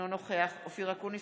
אינו נוכח אופיר אקוניס,